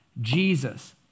Jesus